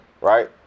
right